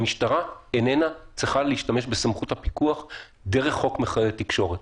המשטרה אינה צריכה להשתמש בסמכות הפיקוח דרך חוק נתוני תקשורת.